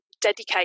dedicate